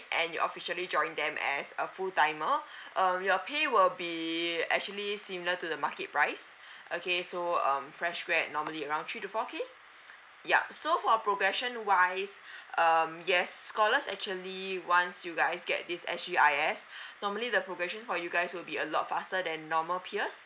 and you officially join them as a full timer um your pay will be actually similar to the market price okay so um fresh grad normally around three to four K yup so for progression wise um yes scholars actually once you guys get this S C I S normally the progression for you guys will be a lot faster than normal peers